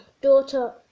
daughter